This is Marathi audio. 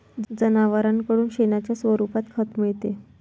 जनावरांकडून शेणाच्या स्वरूपात खत मिळते